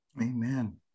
amen